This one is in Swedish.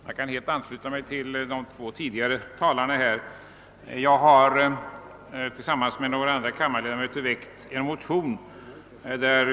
Herr talman! Jag kan helt ansluta mig till de två tidigare talarna. Jag har tillsammans med några andra kammar ledamöter väckt en motion.